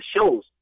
shows